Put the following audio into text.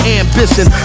ambition